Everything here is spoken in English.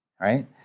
right